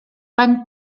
van